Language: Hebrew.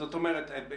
זאת אומרת, למשל,